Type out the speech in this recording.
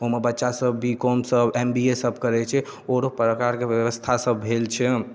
ओहिमे बच्चासब B com सब एम बी ए सब करै छै आओर प्रकारके बेबस्थासब भेल छै